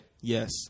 Yes